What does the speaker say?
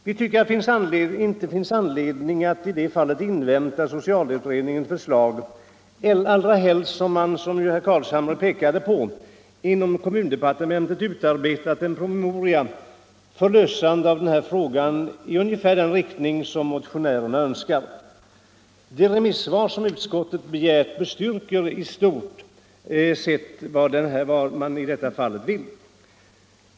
Vi tycker inte det finns anledning att i det fallet invänta socialutredningens förslag, allra helst som man, såsom ju herr Carlshamre pekade på, inom kommundepartementet utarbetat en promemoria för ett lösande av denna fråga i ungefär den riktning som motionärerna önskar. De remissvar som utskottet begärt och erhållit bestyrker i stort sett vad man i detta fall önskar.